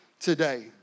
today